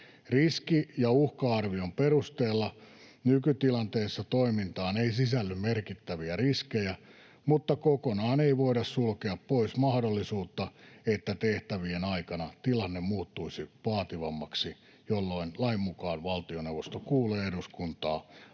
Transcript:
Riski‑ ja uhka-arvion perusteella nykytilanteessa toimintaan ei sisälly merkittäviä riskejä, mutta kokonaan ei voida sulkea pois mahdollisuutta, että tehtävien aikana tilanne muuttuisi vaativammaksi, jolloin lain mukaan valtioneuvosto kuulee eduskuntaa antamalla